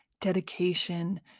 dedication